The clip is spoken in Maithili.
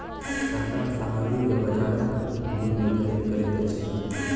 सरकार सामग्री के बजारक मूल्य निर्धारित करैत अछि